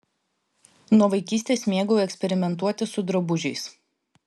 nuo vaikystės mėgau eksperimentuoti su drabužiais